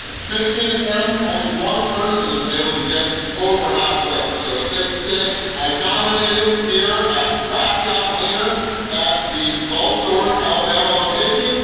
sixteen attempts. only one person had been able to get over halfway, so it's safe to say i dominated here at wacked out wiener at the gulf shores, alabama location.